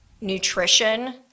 nutrition